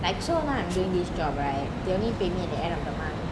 like so now I'm doing this job right they only pay me at the end of the month